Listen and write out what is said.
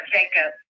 Jacob